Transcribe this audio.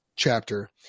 chapter